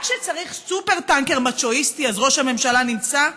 רק כשצריך סופר-טנקר מצ'ואיסטי אז ראש הממשלה נמצא?